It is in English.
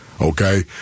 Okay